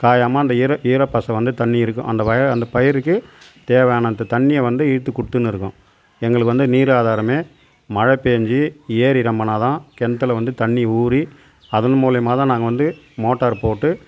காயாம அந்த ஈர ஈர பசை வந்து தண்ணி இருக்கும் அந்த வய அந்த பயிருக்கு தேவையான அந்த தண்ணியை வந்து இழுத்து கொடுத்துக்கின்னு இருக்கும் எங்களுக்கு வந்து நீர் ஆதாரமே மழை பெஞ்சு ஏரி நொம்புரா தான் கிணதான்ல வந்து தண்ணி ஊறி அதன் மூலையமாக தான் நாங்கள் வந்து மோட்டார் போட்டு